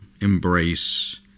embrace